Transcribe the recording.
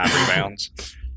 rebounds